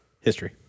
History